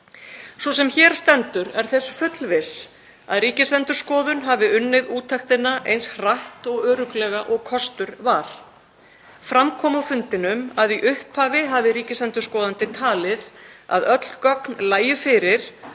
Sú sem hér stendur er þess fullviss að Ríkisendurskoðun hafi unnið úttektina eins hratt og örugglega og kostur var. Fram kom á fundinum að í upphafi hafi ríkisendurskoðandi talið að öll gögn lægju fyrir